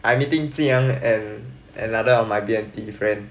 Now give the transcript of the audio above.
I meeting ji yang and another of my B_M_T friend